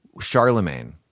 Charlemagne